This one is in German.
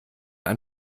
ein